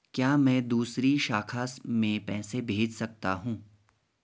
क्या मैं दूसरी शाखा में पैसे भेज सकता हूँ?